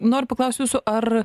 noriu paklaust jūsų ar